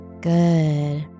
Good